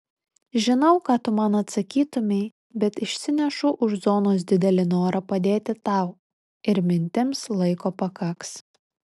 žinau ką tu man atsakytumei bet išsinešu už zonos didelį norą padėti tau ir mintims laiko pakaks